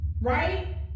right